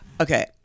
okay